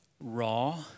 raw